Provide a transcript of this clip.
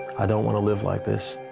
i don't want to live like this.